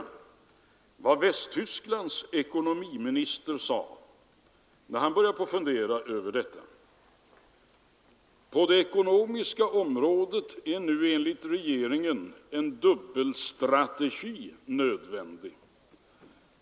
Vad Västtysklands industriminister sade när han började fundera över detta fick vi också möjlighet att studera. ”För det ekonomiska området är nu enligt regeringen en dubbelstrategi nödvändig.